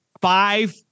Five